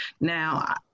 Now